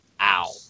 Ow